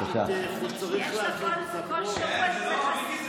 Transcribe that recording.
ועוד עלית בחיוך.